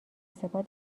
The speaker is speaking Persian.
سپاه